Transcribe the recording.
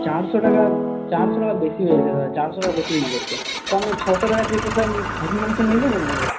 চারশো টাকা চারশো টাকা বেশি হয়ে যাচ্ছে দাদা চারশো টাকা বেশী হয়ে যাচ্ছে তো আমি ছশো টাকা দিয়ে তো আমি খাসির মাংস নিয়ে নেব না দাদা